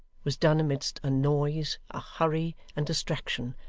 was done amidst a noise, a hurry, and distraction,